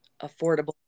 affordable